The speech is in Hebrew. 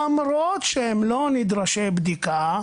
למרות שהם לא נדרשי בדיקה,